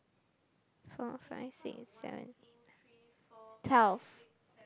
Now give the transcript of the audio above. four five six seven twelve